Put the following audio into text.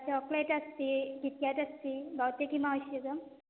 chocolate अस्ति KitKat अस्ति भवत्यै किम् आवश्यकम्